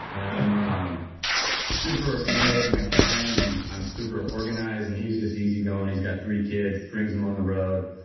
i'm um super anal with my time and i'm super organized and he's just easy going. he's got three kids, brings them on the road.